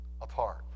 apart